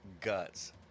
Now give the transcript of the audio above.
guts